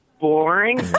boring